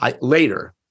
Later